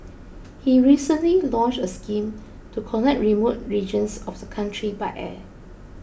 he recently launched a scheme to connect remote regions of the country by air